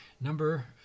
Number